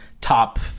top –